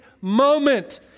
moment